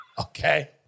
Okay